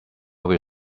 will